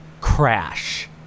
crash